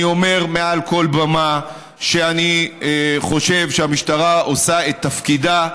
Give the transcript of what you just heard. אני אומר מעל כל במה שאני חושב שהמשטרה עושה את תפקידה,